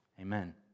Amen